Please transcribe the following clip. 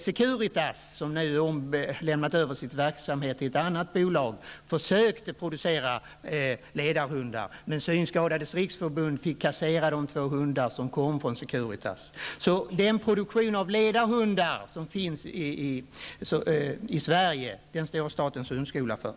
Securitas, som nu lämnat över sin verksamhet till annat bolag, försökte producera ledarhundar, men Synskadades riksförbund kasserade de två hundar som kom från Securitas. Den produktion av ledarhundar som finns i Sverige står statens hundskola för.